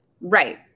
Right